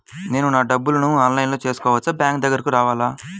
నేను నా డబ్బులను ఆన్లైన్లో చేసుకోవచ్చా? బ్యాంక్ దగ్గరకు రావాలా?